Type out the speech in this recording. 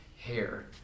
hair